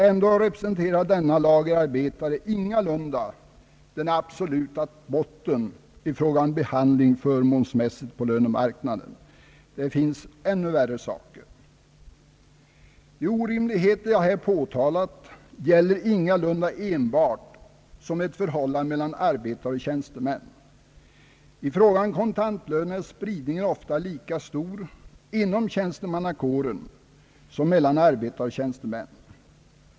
Ändå representerar denne lagerarbetare ingalunda den absoluta botten i fråga om behandling förmånsmässigt på lönemarknaden; det finns ännu värre fall. De orimligheter jag här påtalat finns ingalunda enbart i förhållandet mellan arbetare och tjänstemän — när det gäller kontantlönen är spridningen ofta lika stor inom tjänstemannakåren som mellan arbetare och tjänstemän.